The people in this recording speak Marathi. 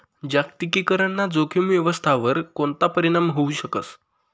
जागतिकीकरण ना जोखीम व्यवस्थावर कोणता परीणाम व्हवू शकस